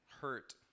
hurt